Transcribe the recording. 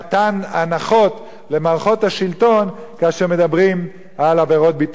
הנחות למערכות השלטון כאשר מדברים על עבירות ביטחון,